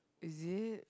is it